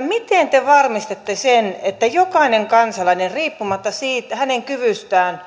miten te varmistatte sen että jokainen kansalainen riippumatta hänen kyvystään